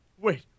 Wait